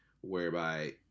whereby